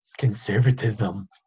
Conservatism